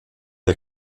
der